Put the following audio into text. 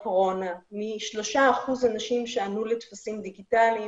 מהסיבה שיש אנשים שאין להם אמצעי דיגיטלי.